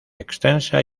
extensa